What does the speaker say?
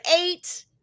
eight